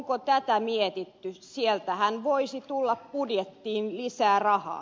onko tätä mietitty sieltähän voisi tulla budjettiin lisää rahaa